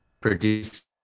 produce